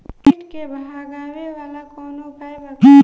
कीट के भगावेला कवनो उपाय बा की?